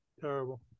Terrible